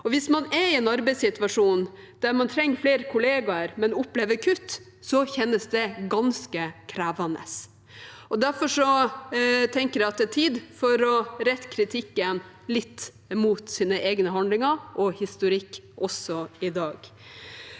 Hvis man er i en arbeidssituasjon der man trenger flere kollegaer, men opplever kutt, kjennes det ganske krevende. Derfor tenker jeg at det er tid for å rette kritikken litt mot ens egne handlinger og historikk også i dag.